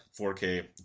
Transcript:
4K